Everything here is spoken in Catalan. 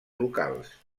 locals